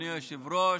אדוני היושב-ראש,